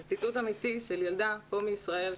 זה ציטוט אמיתי של ילדה כאן בישראל,